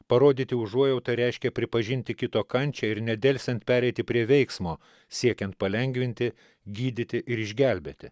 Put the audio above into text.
parodyti užuojautą reiškia pripažinti kito kančią ir nedelsiant pereiti prie veiksmo siekiant palengvinti gydyti ir išgelbėti